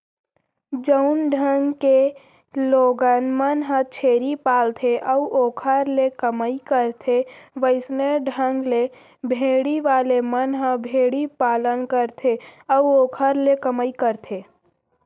जउन ढंग ले लोगन मन ह छेरी पालथे अउ ओखर ले कमई करथे वइसने ढंग ले भेड़ी वाले मन ह भेड़ी पालन करथे अउ ओखरे ले कमई करथे